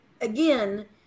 again